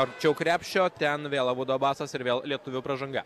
arčiau krepšio ten vėl abudu abasas ir vėl lietuvių pražanga